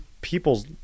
people's